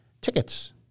tickets